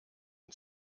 ihn